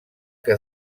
que